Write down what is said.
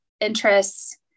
interests